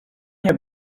nie